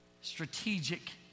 strategic